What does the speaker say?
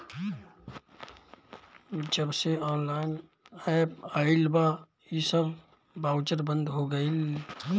जबसे online app आईल बा इ सब बाउचर बंद हो गईल